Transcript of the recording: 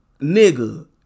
nigga